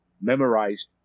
memorized